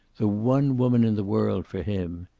the one woman in the world for him.